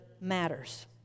matters